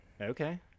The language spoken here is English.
Okay